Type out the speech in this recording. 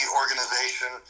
organization